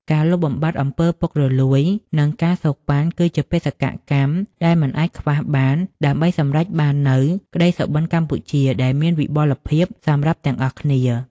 ការលុបបំបាត់ អំពើពុករលួយ និង ការសូកប៉ាន់ គឺជាបេសកកម្មដែលមិនអាចខ្វះបាន ដើម្បីសម្រេចបាននូវ "ក្តីសុបិនកម្ពុជា" ដែលមានវិបុលភាពសម្រាប់ទាំងអស់គ្នា។